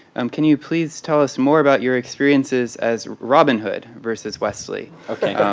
um can you please tell us more about your experiences as robin hood versus westley?